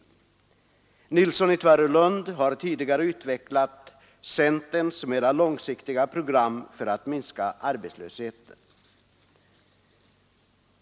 Herr Nilsson i Tvärålund har här tidigare utvecklat centerns mera långsiktiga program för att minska arbetslösheten.